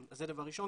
זה דבר ראשון.